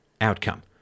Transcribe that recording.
outcome